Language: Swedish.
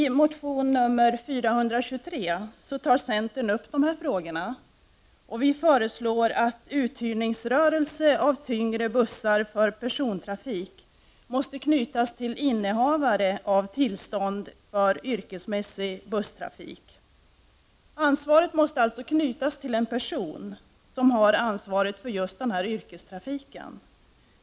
I motion nr T423 tar centern upp dessa frågor, och vi föreslår att uthyrningsrörelse vad gäller tyngre bussar för personbefordran måste knytas till innehavare av tillstånd till yrkesmässig busstrafik. Ansvaret måste alltså knytas till en person som är verksam inom just denna typ av yrkestrafik.